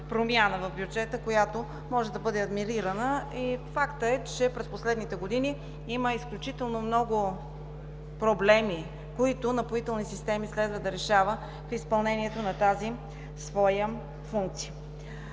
промяна в бюджета, която може да бъде адмирирана. Факт е, че през последните години има изключително много проблеми, които „Напоителни системи“ следва да решава в изпълнението на тази своя функция.